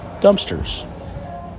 dumpsters